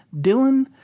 Dylan